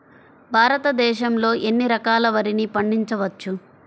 భారతదేశంలో ఎన్ని రకాల వరిని పండించవచ్చు